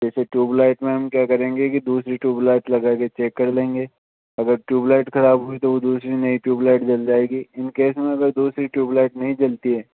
जैसे tube light में हम क्या करेंगे की दूसरी ट्यूब लाइट लगा कर चेक कर लेंगे अगर ट्यूब लाइट ख़राब हुई तो वह दूसरी नई ट्यूब लाइट जल जाएगी इन केस में वो दूसरी ट्यूब लाइट नहीं जलती है